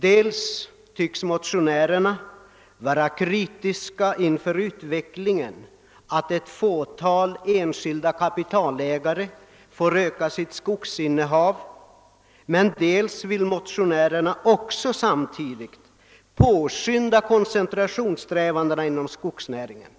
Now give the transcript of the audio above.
Dels tycks motionärerna vara kritiska inför en utveckling som innebär att ett fåtal enskilda kapitalägare får öka sitt skogsinnehav, dels vill motionärerna samtidigt påskynda koncentrationssträvandena inom skogsnäringen.